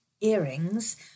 earrings